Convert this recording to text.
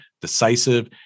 decisive